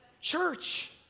Church